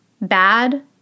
Bad